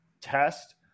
test